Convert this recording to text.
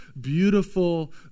beautiful